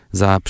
za